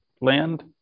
Land